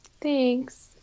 Thanks